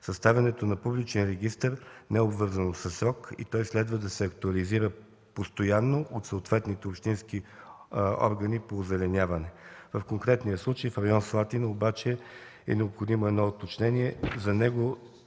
Съставянето на публичен регистър не е обвързано със срок и той следва да се актуализира постоянно от съответните общински органи по озеленяване. В конкретния случай в район „Слатина” е необходимо уточнение: за него